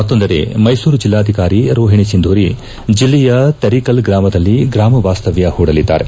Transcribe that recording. ಮತ್ತೊಂದೆಡೆ ಮೈಸೂರು ಜಿಲ್ಲಾಧಿಕಾರಿ ರೋಹಿಣಿ ಸಿಂಧೂರಿ ಜಿಲ್ಲೆಯ ತೆರಿಕಲ್ ಗ್ರಾಮದಲ್ಲಿ ಗ್ರಾಮ ವಾಸ್ತವ್ನ ಹೂಡಲಿದ್ದಾರೆ